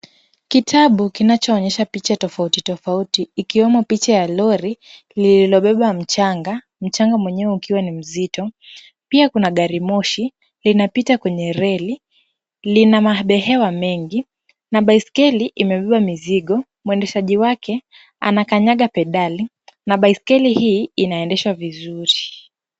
Kitabu kinachoonyesha picha tofauti tofauti ikiwemo picha ya lori lililobeba mchanga, mchanga wenyewe ukiwa ni mzito. Pia kuna gari moshi linapita kwenye reli. Lina mabehewa mengi na baiskeli imebeba mizigo. Mwendeshaji wake anakanyanga pedali na baiskeli hii inaendeshwa vizuri.